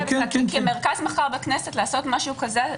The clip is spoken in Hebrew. כמרכז מחקר בכנסת לעשות משהו כזה,